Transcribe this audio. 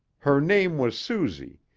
her name was susie,